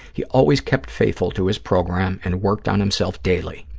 he always kept faithful to his program and worked on himself daily.